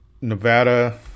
Nevada